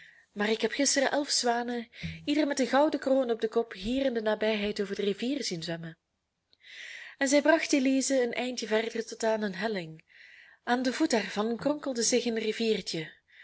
maar ik heb gisteren elf zwanen ieder met een gouden kroon op den kop hier in de nabijheid over de rivier zien zwemmen en zij bracht elize een eindje verder tot aan een helling aan den voet daarvan kronkelde zich een riviertje